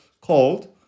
called